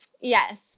Yes